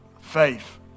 Faith